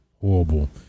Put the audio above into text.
horrible